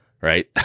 right